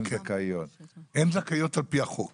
הן זכאיות על פי החוק